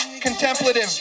contemplative